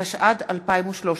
התשע"ד 2013,